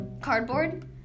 cardboard